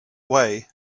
way